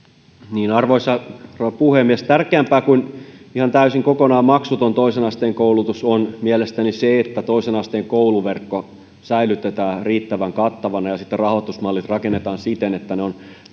yhteydessä arvoisa rouva puhemies tärkeämpää kuin ihan täysin kokonaan maksuton toisen asteen koulutus on mielestäni se että toisen asteen kouluverkko säilytetään riittävän kattavana ja rahoitusmallit rakennetaan siten että ne ovat